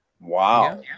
Wow